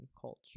culture